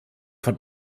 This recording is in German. von